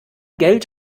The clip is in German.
geld